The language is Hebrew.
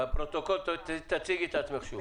לפרוטוקול, תציגי את עצמך שוב.